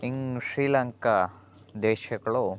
ಇಂಗ್ ಶ್ರೀಲಂಕಾ ದೇಶಗಳು